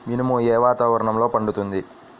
మినుము ఏ వాతావరణంలో పండుతుంది?